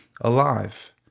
alive